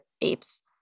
apes